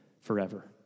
forever